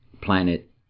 planet